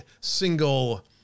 single